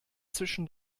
zwischen